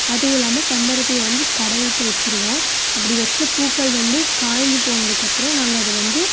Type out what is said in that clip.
அதுவும் இல்லாம செம்பருத்தியை வந்து கடவுளுக்கு வெச்சுருவோம் அப்படி வச்ச பூக்கள் வந்து காஞ்சி போனதுக்கப்புறோம் நாங்கள் அதை வந்து